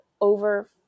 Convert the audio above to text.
over